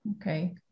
Okay